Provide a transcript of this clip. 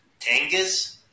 Tangas